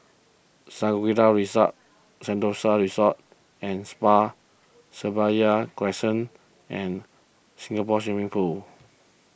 Shangri La's Rasa Sentosa Resort and Spa Seraya Crescent and Singapore Swimming Club